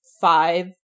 five